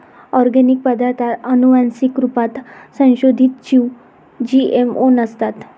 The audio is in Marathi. ओर्गानिक पदार्ताथ आनुवान्सिक रुपात संसोधीत जीव जी.एम.ओ नसतात